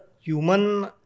human